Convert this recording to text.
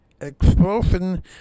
explosion